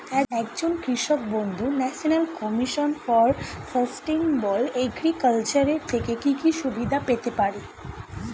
একজন কৃষক বন্ধু national commission for sustainable agriculture এর থেকে কি কি সুবিধা পেতে পারে?